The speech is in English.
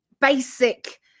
basic